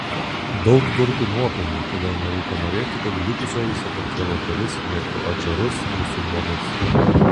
daug turkų nuopelnų todėl nereikia norėti kad likusioji sakartvelo dalis mėgtų adžarus musulmonus